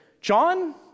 John